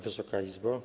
Wysoka Izbo!